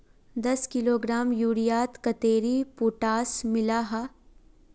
दस किलोग्राम यूरियात कतेरी पोटास मिला हाँ?